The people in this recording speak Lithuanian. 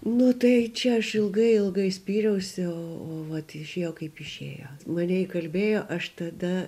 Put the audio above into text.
nu tai čia aš ilgai ilgai spyriausi o o vat išėjo kaip išėjo mane įkalbėjo aš tada